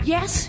Yes